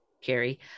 Carrie